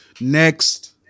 next